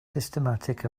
systematic